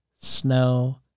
snow